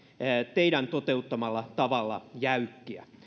teidän toteuttamallanne tavalla jäykkiä